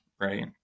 right